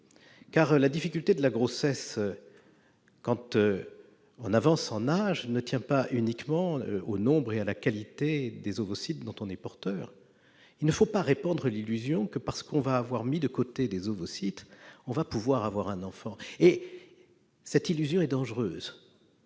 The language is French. Car la difficulté de la grossesse, à mesure que l'on avance en âge, ne tient pas uniquement au nombre et à la qualité des ovocytes dont on est porteuse. Il ne faut pas répandre l'illusion selon laquelle, parce qu'on aura mis de côté des ovocytes, on pourra avoir un enfant. Cette illusion est dangereuse.